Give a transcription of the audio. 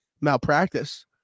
malpractice